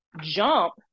jump